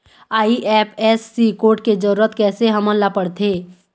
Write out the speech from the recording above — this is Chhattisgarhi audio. आई.एफ.एस.सी कोड के जरूरत कैसे हमन ला पड़थे?